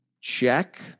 check